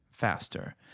faster